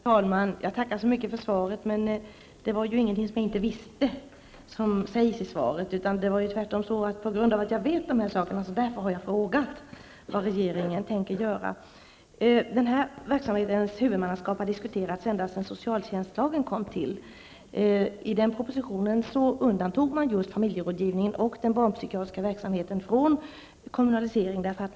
Herr talman! Jag tackar så mycket för svaret, men det innehöll inte något som jag inte visste. Det är på grund av att jag vet det som sägs i svaret som jag har frågat vad regeringen tänker göra. Huvudmannaskapet för denna verksamhet har diskuterats ända sedan socialtjänstlagen kom till. I propositionen undantogs familjerådgivningen och den barnpsykiatriska verksamheten från kommunalisering.